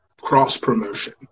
cross-promotion